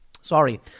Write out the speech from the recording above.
Sorry